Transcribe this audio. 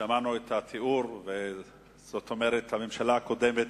שמענו את התיאור, זאת אומרת, הממשלה הקודמת